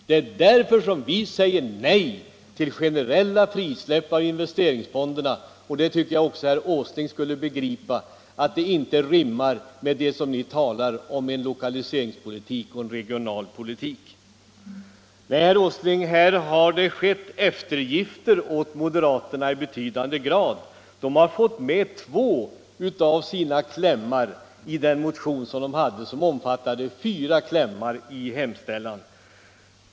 Det är därför vi säger nej till generella frisläpp av investeringsfonderna. Även herr Åsling borde begripa att ett sådant frisläpp inte rimmar med den lokaliseringspolitik och den regionalpolitik ni talar för. Nej, herr Åsling, ni har i betydande utsträckning gjort eftergifter åt moderaterna. De har fått med två av de fyra klämmarna i sin motion.